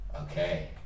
okay